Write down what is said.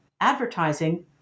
advertising